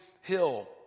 hill